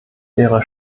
wäre